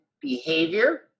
behavior